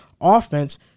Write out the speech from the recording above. offense